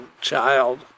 child